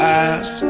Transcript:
eyes